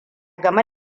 game